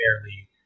fairly